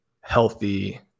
healthy